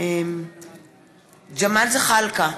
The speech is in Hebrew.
ג'מאל זחאלקה,